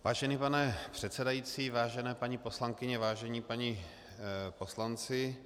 Vážený pane předsedající, vážené paní poslankyně, vážení páni poslanci.